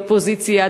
אופוזיציה,